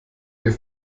mir